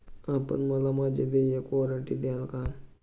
आपण मला माझे देयचे वॉरंट द्याल का?